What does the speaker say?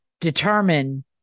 determine